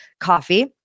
coffee